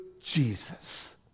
Jesus